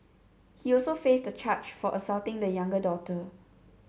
he also faced a charge for assaulting the younger daughter